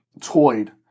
toyed